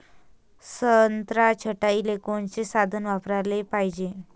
संत्रा छटाईले कोनचे साधन वापराले पाहिजे?